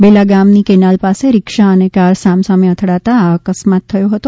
બેલા ગામની કેનાલ પાસે રીક્ષા અને કાર સામસામે અથડાતા આ અકસ્માત થયો હતો